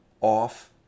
off